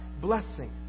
blessing